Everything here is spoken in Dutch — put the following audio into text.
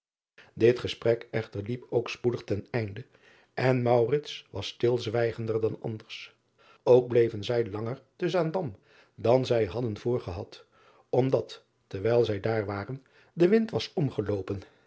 it gesprek echter liep ook spoedig ten einde en was stilzwijgender dan anders ok bleven zij langer te aandam dan zij hadden voorgehad omdat terwijl zij daar waren de wind was omgeloopen